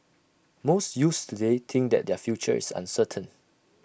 most youths today think that their future is uncertain